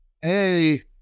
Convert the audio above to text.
hey